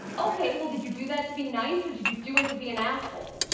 okay. well, did you do that to be nice or did you do it to be an asshole?